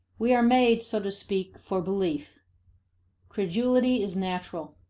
we are made, so to speak, for belief credulity is natural.